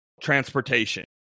transportation